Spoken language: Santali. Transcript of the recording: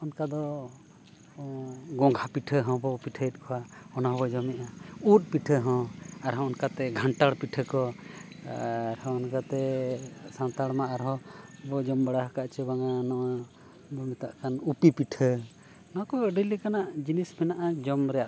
ᱚᱱᱠᱟ ᱫᱚ ᱜᱚᱸᱜᱷᱟ ᱯᱤᱴᱷᱟ ᱦᱚᱸ ᱵᱚ ᱯᱤᱴᱷᱟᱹᱭᱮᱫ ᱠᱚᱣᱟ ᱚᱱᱟ ᱦᱚᱸ ᱵᱚ ᱡᱚᱢᱮᱜᱼᱟ ᱩᱫ ᱯᱤᱴᱷᱟᱹ ᱦᱚᱸ ᱟᱨ ᱦᱚᱸ ᱚᱱᱠᱟᱛᱮ ᱜᱷᱟᱱᱴᱟᱲ ᱯᱤᱴᱷᱟᱹ ᱠᱚ ᱟᱨ ᱦᱚᱸ ᱚᱱᱠᱟᱛᱮ ᱥᱟᱱᱛᱟᱲ ᱢᱟ ᱟᱨ ᱦᱚᱸ ᱵᱚ ᱡᱚᱢ ᱵᱟᱲᱟ ᱠᱟᱜᱼᱟ ᱪᱮ ᱵᱟᱝᱟ ᱱᱚᱣᱟ ᱵᱚ ᱢᱮᱛᱟᱜ ᱠᱟᱱ ᱩᱯᱤ ᱯᱤᱴᱷᱟᱹ ᱱᱚᱣᱟ ᱠᱚᱫᱚ ᱟᱹᱰᱤ ᱞᱮᱠᱟᱱᱜ ᱡᱤᱱᱤᱥ ᱢᱮᱱᱟᱜᱼᱟ ᱡᱚᱢ ᱨᱮᱭᱟᱜ ᱫᱚ